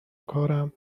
کارم